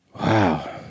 Wow